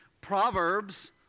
Proverbs